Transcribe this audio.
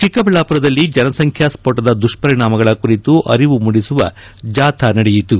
ಚಿಕ್ಕಬಳ್ಳಾಪುರದಲ್ಲಿ ಜನಸಂಬ್ಯಾ ಸ್ತೋಟದ ದುಪ್ಪರಿಣಾಮಗಳ ಕುರಿತು ಅರಿವು ಮೂಡಿಸುವ ಜಾಥಾ ನಡೆಯಿತು